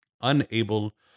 unable